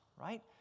right